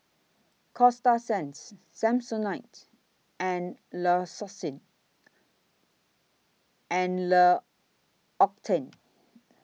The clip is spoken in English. Coasta Sands Samsonite and L'Occitane